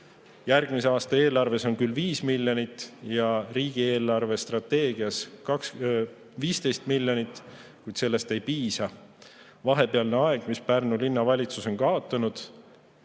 Järgmise aasta eelarves on selleks küll 5 miljonit ja riigi eelarvestrateegias 15 miljonit, kuid sellest ei piisa. Vahepealsel ajal, mille Pärnu Linnavalitsus on kaotanud